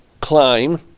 climb